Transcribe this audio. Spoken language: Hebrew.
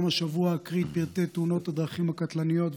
גם השבוע אקריא את פרטי תאונות הדרכים הקטלניות,